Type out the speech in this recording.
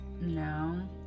No